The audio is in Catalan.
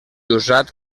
usat